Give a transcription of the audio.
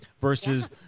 Versus